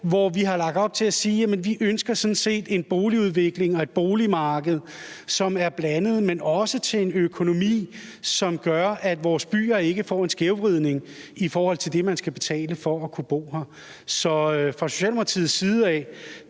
her, hvor vi siger, at vi ønsker en boligudvikling med et boligmarked, som er blandet, men at der også skal være en økonomi, som gør, at vores byer ikke kommer til at opleve en skævvridning i forhold til det, man skal betale for at kunne bo her. Så fra Socialdemokratiets side er